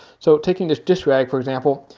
so taking this dishrag, for example,